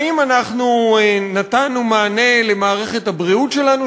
האם אנחנו נתנו מענה למערכת הבריאות שלנו,